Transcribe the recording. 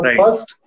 first